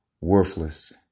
worthless